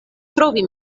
trovi